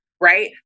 right